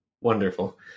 Wonderful